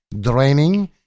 draining